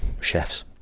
chefs